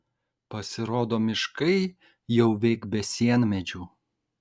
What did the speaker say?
pasirodo miškai jau veik be sienmedžių